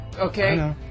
Okay